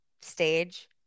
stage